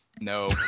No